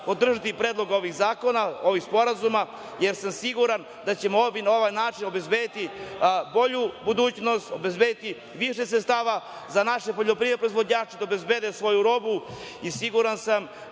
podržati predlog ovih zakona, ovih sporazuma, jer sam siguran da ćemo na ovaj način obezbediti bolju budućnost, obezbediti više sredstava za naše poljoprivredne proizvođače da obezbede svoju robu i siguran sam